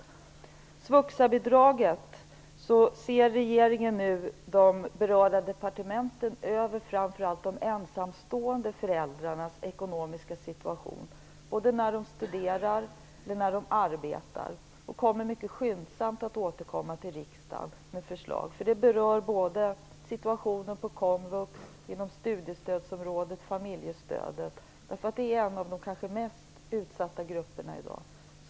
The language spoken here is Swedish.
Vad gäller svuxa-bidraget ser regeringen nu över framför allt de ensamstående föräldrarnas ekonomiska situation både när de studerar och när de arbetar. Regeringen kommer mycket skyndsamt att återkomma till riksdagen med förslag. Det berör både komvux, studiestödsområdet och familjestödet. Det gäller en av de mest utsatta grupperna i dag.